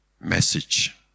message